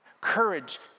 Courage